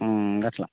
గట్లా